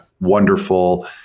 wonderful